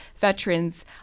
veterans